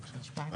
בבקשה.